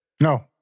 No